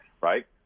right